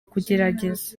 kugerageza